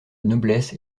noblesse